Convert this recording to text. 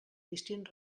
distint